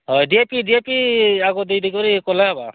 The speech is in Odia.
ହଏ D A P D A P ଆଗ ଦେଇଦେଇ କରି କଲେ ହେବା